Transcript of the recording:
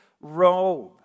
robe